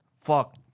fuck